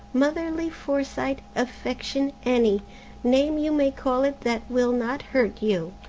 motherly foresight, affection, any name you may call it that will not hurt you,